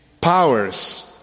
powers